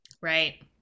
Right